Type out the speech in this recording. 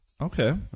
Okay